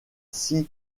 six